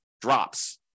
drops